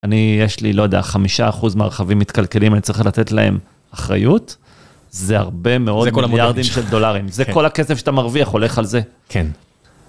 אני, יש לי, לא יודע, חמישה אחוז מהרכבים מתקלקלים, אני צריך לתת להם אחריות, זה הרבה מאוד מיליארדים של דולרים, זה כל הכסף שאתה מרוויח הולך על זה. כן.